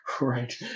right